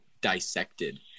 dissected